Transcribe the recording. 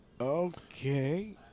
Okay